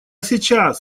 сейчас